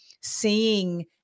seeing